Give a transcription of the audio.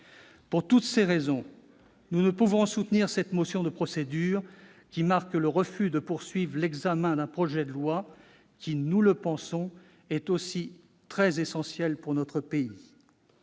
Pour toutes ces raisons, nous ne pouvons soutenir cette motion de procédure marquant le refus de poursuivre l'examen d'un projet de loi qui est, selon nous, essentiel pour notre pays.